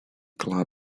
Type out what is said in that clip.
club